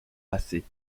passée